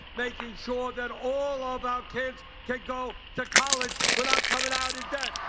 making sure that all of our kids can go to college without coming out in debt!